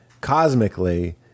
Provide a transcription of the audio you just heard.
cosmically